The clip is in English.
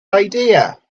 idea